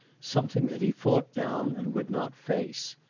something that he fought down and would not face.